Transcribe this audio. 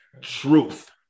Truth